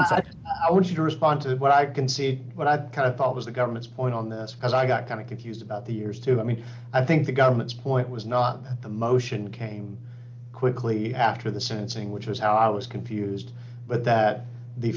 said i want you to respond to what i can see but i kind of thought was the government's point on this as i got kind of confused the years too i mean i think the government's point was not the motion came quickly after the sentencing which was how i was confused but that